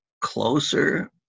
closer